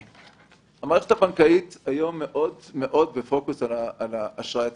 המערכת הבנקאית היום מאוד מאוד בפוקוס על האשראי הצרכני.